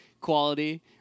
quality